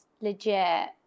Legit